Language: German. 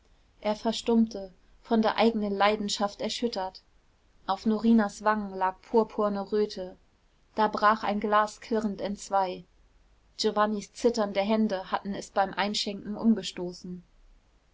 er verstummte von der eigenen leidenschaft erschüttert auf norinas wangen lag purpurne röte da brach ein glas klirrend entzwei giovannis zitternde hände hatten es beim einschenken umgestoßen